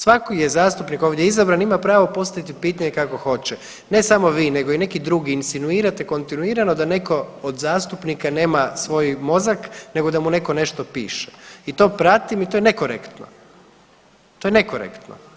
Svaki je zastupnik ovdje izabran ima pravo postaviti pitanje kako hoće, ne samo vi nego i neki drugi insinuirate kontinuirano da neko od zastupnika nema svoj mozak nego da mu neko nešto piše i to pratim i to je nekorektno, to je nekorektno.